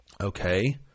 okay